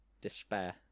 despair